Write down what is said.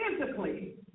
physically